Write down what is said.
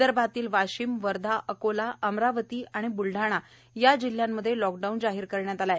विदर्भातील वाशीम वर्धा अकोला अमरावती ब्लडाणा या जिल्ह्यात लॉकडाऊन जाहीर केला आहे